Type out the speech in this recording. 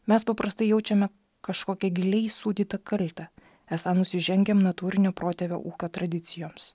mes paprastai jaučiame kažkokią giliai įsūdytą kaltę esą nusižengiam natūrinio protėvio ūkio tradicijoms